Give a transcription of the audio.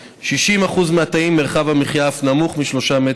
יציג את ההצעה יושב-ראש ועדת הפנים והגנת